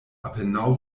apenaŭ